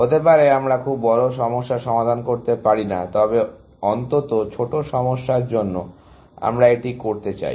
হতে পারে আমরা খুব বড় সমস্যা সমাধান করতে পারি না তবে অন্তত ছোট সমস্যার জন্য আমরা এটি করতে চাই